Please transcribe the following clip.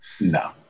No